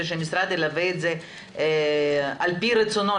ושהמשרד ילווה את זה על פי רצונו,